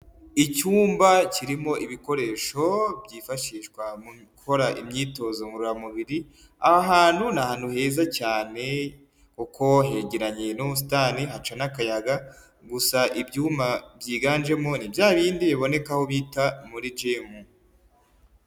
Icyumba kirimo ibikoresho byifashishwa mu gukora imyitozo ngororamubiri, aha ahantu ni ahantu heza cyane kuko hegerenye n'ubusitani, haca n'akayaga gusa ibyuma byiganjemo, ni bya bindi bibonekaho aho bita muri gimu.